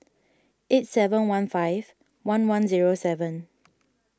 eight seven one five one one zero seven